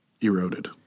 eroded